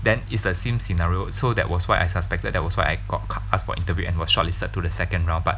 then is the same scenario so that was why I suspected that was why I got asked for interview and was shortlisted to the second round but